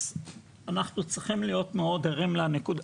אז אנחנו צריכים להיות מאוד ערים לנקודה.